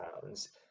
pounds